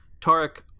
Tarek